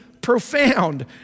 profound